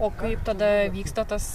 o kaip tada vyksta tas